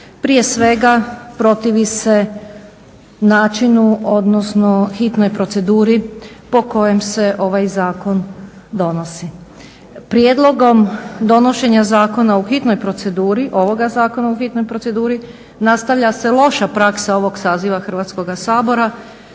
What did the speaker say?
prije svega protivi se načinu, odnosno hitnoj proceduri po kojem se ovaj Zakon donosi. Prijedlogom donošenja Zakona o hitnoj proceduri, ovoga Zakona u hitnoj proceduri nastavlja se loša praksa ovog saziva Hrvatskoga sabora